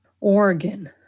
Oregon